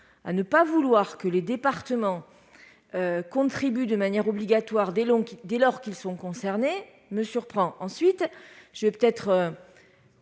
à refuser que les départements contribuent de manière obligatoire, dès lors qu'ils sont concernés, me surprend donc. En disant ceci, je vais peut-être